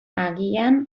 agian